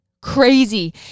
Crazy